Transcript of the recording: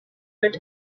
bit